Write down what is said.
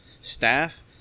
staff